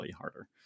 harder